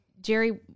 Jerry